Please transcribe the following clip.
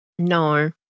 No